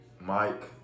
Mike